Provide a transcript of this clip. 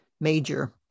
major